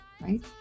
right